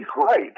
great